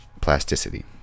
Plasticity